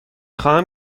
خواهم